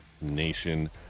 Nation